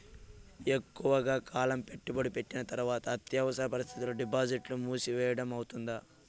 ఎక్కువగా కాలం పెట్టుబడి పెట్టిన తర్వాత అత్యవసర పరిస్థితుల్లో డిపాజిట్లు మూసివేయడం అవుతుందా?